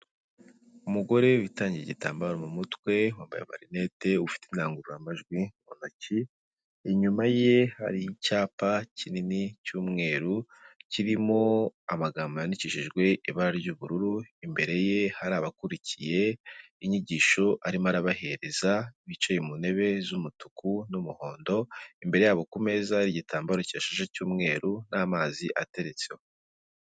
Umugore witandiye igitambaro mu mutwe, wambaye amarinete ufite indangururamajwi mu ntoki, inyuma ye hari icyapa kinini cy'umweru kirimo amagambo yandikishijwe ibara ry'ubururu, imbere ye hari abakurikiye inyigisho arimo arabahereza, bicaye mu ntebe z'umutuku n'umuhondo, imbere yabo ku meza hari igitambaro cyihashashe cy'umweru n'amazi ateretseho.